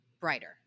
brighter